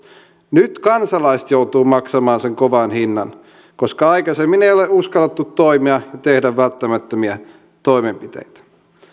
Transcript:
nyt kansalaiset joutuvat maksamaan sen kovan hinnan koska aikaisemmin ei ole uskallettu toimia ja tehdä välttämättömiä toimenpiteitä